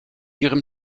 ihrem